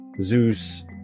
zeus